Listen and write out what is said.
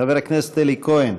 חבר הכנסת אלי כהן,